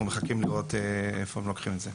מחכים לראות לאיפה הם לוקחים את זה.